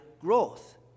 growth